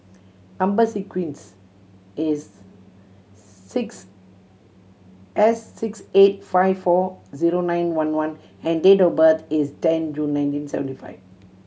number sequence is six S six eight five four zero nine one one and date of birth is ten June nineteen seventy five